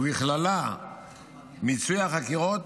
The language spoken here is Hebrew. ובכללה מיצוי החקירות,